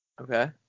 Okay